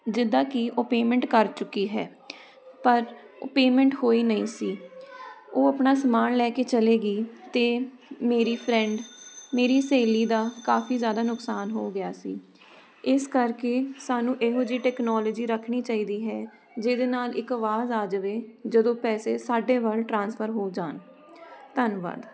ਜਿੱਦਾਂ ਕਿ ਉਹ ਪੇਮੈਂਟ ਕਰ ਚੁੱਕੀ ਹੈ ਉਹ ਪਰ ਪੇਮੈਂਟ ਹੋਈ ਨਹੀਂ ਸੀ ਉਹ ਆਪਣਾ ਸਮਾਨ ਲੈ ਕੇ ਚਲੀ ਗਈ ਅਤੇ ਮੇਰੀ ਫਰੈਂਡ ਮੇਰੀ ਸਹੇਲੀ ਦਾ ਕਾਫੀ ਜ਼ਿਆਦਾ ਨੁਕਸਾਨ ਹੋ ਗਿਆ ਸੀ ਇਸ ਕਰਕੇ ਸਾਨੂੰ ਇਹੋ ਜਿਹੀ ਟੈਕਨੋਲੋਜੀ ਰੱਖਣੀ ਚਾਹੀਦੀ ਹੈ ਜਿਹਦੇ ਨਾਲ ਇੱਕ ਆਵਾਜ਼ ਆ ਜਾਵੇ ਜਦੋਂ ਪੈਸੇ ਸਾਡੇ ਵੱਲ ਟਰਾਂਸਫਰ ਹੋ ਜਾਣ ਧੰਨਵਾਦ